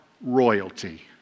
royalty